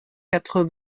quatre